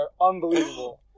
unbelievable